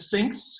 Sinks